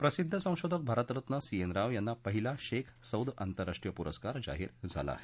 प्रसिद्ध संशोधक Bharat Ratna C N Rao यांना पहिला शेख सौद आंतरराष्ट्रीय पुरस्कार जाहीर झाला आहे